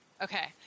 okay